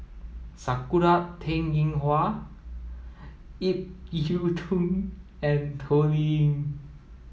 Sakura Teng Ying Hua Ip Yiu Tung and Toh Liying